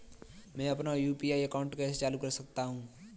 मैं अपना UPI account कैसे चालू कर सकता हूँ?